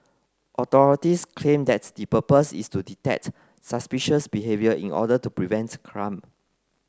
authorities claim that's the purpose is to detect suspicious behaviour in order to prevent crime